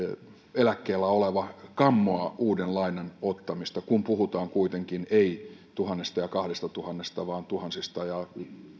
eläkkeellä oleva kammoaa uuden lainan ottamista kun puhutaan kuitenkin ei tuhannesta ja kahdestatuhannesta vaan tuhansista ja